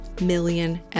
million